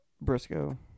Briscoe